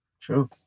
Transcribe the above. True